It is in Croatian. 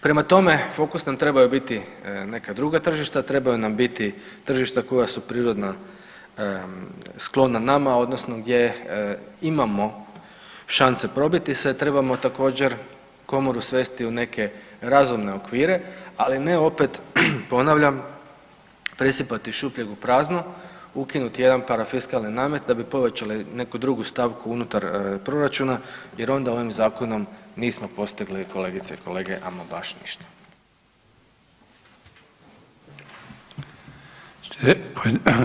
Prema tome, fokus na trebaju biti neka druga tržišta, trebaju nam biti tržišta koja su prirodno sklona nama odnosno gdje imamo šanse probiti se, trebamo također komoru svesti u neke razumne okvire, ali ne opet ponavljam presipati iz šupljeg u prazno, ukinuti jedan parafiskalni namet da bi povećali neku drugu stavku unutar proračuna jer onda ovim zakonom nismo postigli kolegice i kolege ama baš ništa.